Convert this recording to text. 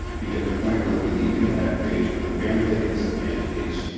you get the point where the impact phase, where the fan blade hits the fan case,